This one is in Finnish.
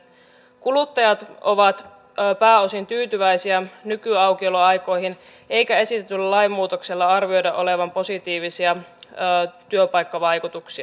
kuluttajat ovat pääosin tyytyväisiä nykyaukioloaikoihin eikä esitetyllä lainmuutoksella arvioida olevan positiivisia työpaikkavaikutuksia